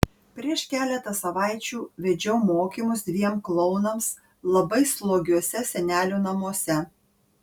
prieš keletą savaičių vedžiau mokymus dviem klounams labai slogiuose senelių namuose